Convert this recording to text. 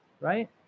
right